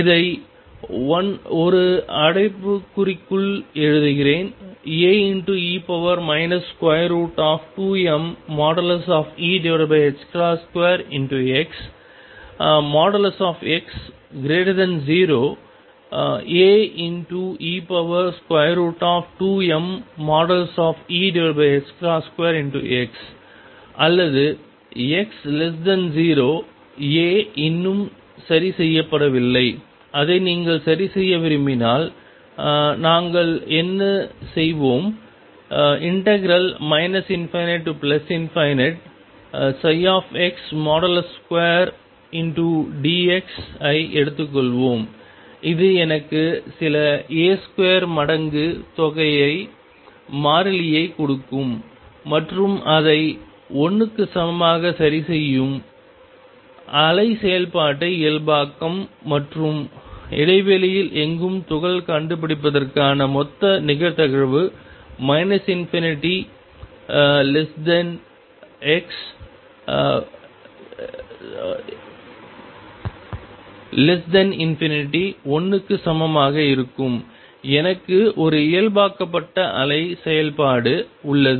இதை 1 அடைப்புக்குறிக்குள் எழுதுகிறேன் Ae 2mE2xx0 Ae2mE2x அல்லது x0 A இன்னும் சரி செய்யப்படவில்லை அதை நீங்கள் சரிசெய்ய விரும்பினால் நாங்கள் என்ன செய்வோம் ∞x2dx ஐ எடுத்துக்கொள்வோம் இது எனக்கு சில A2 மடங்கு தொகை மாறிலியைக் கொடுக்கும் மற்றும் அதை 1 க்கு சமமாக சரிசெய்யும் அலை செயல்பாட்டை இயல்பாக்கும் மற்றும் இடைவெளியில் எங்கும் துகள் கண்டுபிடிப்பதற்கான மொத்த நிகழ்தகவு ∞x∞ 1 க்கு சமமாக இருக்கும் எனக்கு ஒரு இயல்பாக்கப்பட்ட அலை செயல்பாடு உள்ளது